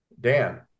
Dan